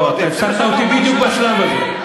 לא, אתה הפסקת אותי בדיוק בשלב הזה,